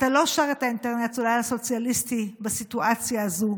אתה לא שר את האינטרנציונל הסוציאליסטי בסיטואציה הזו,